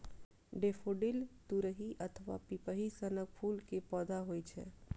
daffodil तुरही अथवा पिपही सनक फूल के पौधा होइ छै